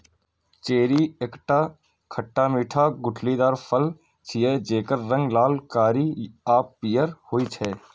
cherry एकटा खट्टा मीठा गुठलीदार फल छियै, जेकर रंग लाल, कारी आ पीयर होइ छै